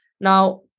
Now